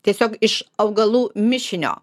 tiesiog iš augalų mišinio